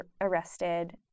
arrested